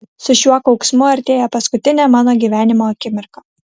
su šiuo kauksmu artėja paskutinė mano gyvenimo akimirka